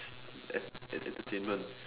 en~ entertainment